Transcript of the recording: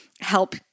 help